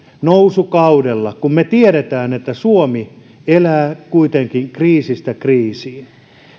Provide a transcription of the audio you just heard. nousukaudella kun me tiedämme että suomi elää kuitenkin kriisistä kriisiin